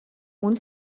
мөн